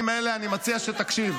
אני מציע שתקשיב.